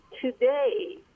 today